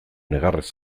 negarrez